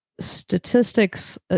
Statistics